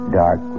dark